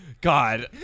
God